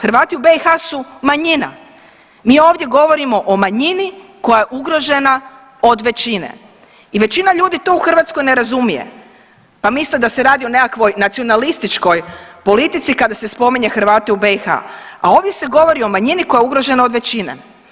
Hrvati u BiH su manjina, mi ovdje govorimo o manjini koja je ugrožena od većine i većina ljudi to u Hrvatskoj ne razumije, pa misle da se radi o nekakvoj nacionalističkoj politici kada se spominje Hrvate u BiH, a ovdje se govori o manjini koja je ugrožena od većina.